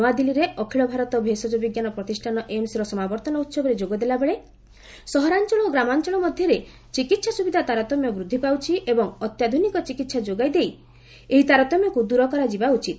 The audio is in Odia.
ନୂଆଦିଲ୍ଲୀରେ ଅଖିଳ ଭାରତ ଭେଷଜ ବିଜ୍ଞାନ ପ୍ରତିଷ୍ଠାନ ଏମ୍ସର ସମାବର୍ତ୍ତନ ଉହବରେ ଯୋଗଦେଲାବେଳେ ସହରାଞ୍ଚଳ ଓ ଗ୍ରାମାଞ୍ଚଳ ମଧ୍ୟରେ ଚିକିତ୍ସା ସ୍ୱବିଧା ତାରତମ୍ୟ ବୃଦ୍ଧି ପାଉଛି ଏବଂ ଅତ୍ୟାଧ୍ରନିକ ଚିକିତ୍ସା ଯୋଗାଇ ଦେଇ ଏହି ତାରତମ୍ୟକୁ ଦୂର କରାଯିବା ଉଚିତ